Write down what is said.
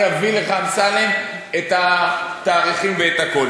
אני אביא לך את התאריכים ותדע.